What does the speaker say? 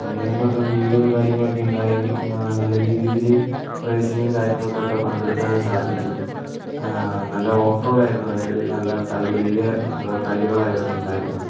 ഒന്നു രണ്ടു വട്ടം വീഴോം കാര്യങ്ങളൊക്കെ ഉണ്ടായെങ്കിലും നല്ല രീതിയിൽ റേയ്സിംഗും കാര്യങ്ങൾക്കൊക്കെ പങ്കെടുക്കാൻ സാധിച്ചു നല്ല ഓഫ് റോഡ് ആയിരിന്നു അതായത് നല്ല കല്ല് വലിയ കല്ലുകളായിരുന്നു ഉണ്ടായിരുന്നത്